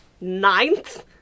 ninth